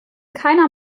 keiner